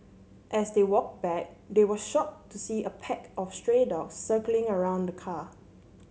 as they walked back they were shocked to see a pack of stray dogs circling around the car